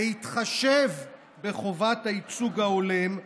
בהתחשב בחובת הייצוג ההולם,